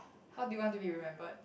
how do you want to be remembered